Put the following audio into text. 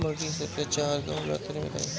मुर्गी के सबसे अच्छा आहार का होला तनी बताई?